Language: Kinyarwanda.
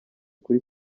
kuri